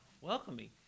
welcoming